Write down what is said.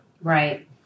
right